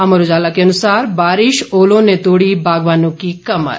अमर उजाला के अनुसार बारिश ओलों ने तोड़ी बागवानों की कमर